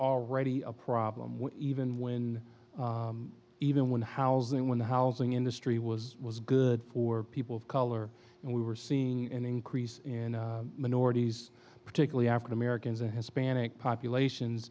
already a problem when even when even when housing when the housing industry was good for people of color and we were seeing an increase in minorities particularly african americans and hispanic population